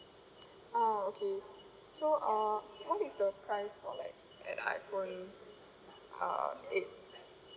ah okay so uh what is the price for like an iPhone uh eight